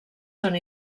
són